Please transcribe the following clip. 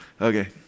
Okay